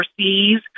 overseas